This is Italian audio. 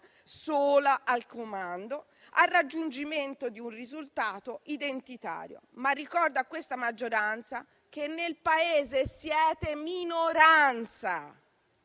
soli al comando, il raggiungimento di un risultato identitario. Ricordo, però, a questa maggioranza che nel Paese siete minoranza,